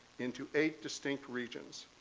into eight distinct regions.